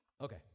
Okay